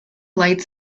lights